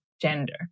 gender